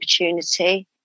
opportunity